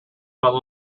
fell